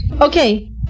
Okay